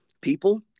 people